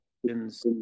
questions